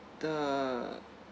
the